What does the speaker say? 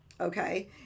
okay